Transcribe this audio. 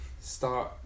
start